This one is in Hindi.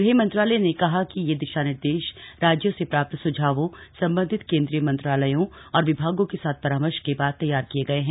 गृह मंत्रालय ने कहा है कि ये दिशा निर्देश राज्यों से प्राप्त सुझावों संबंधित केंद्रीय मंत्रालयों और विभागों के साथ परामर्श के बाद तैयार किए गए हैं